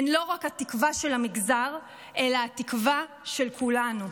הן לא רק התקווה של המגזר אלא התקווה של כולנו.